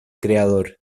creador